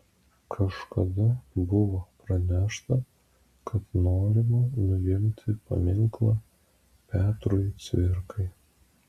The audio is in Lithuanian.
kažkada buvo pranešta kad norima nuimti paminklą petrui cvirkai